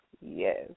yes